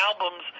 albums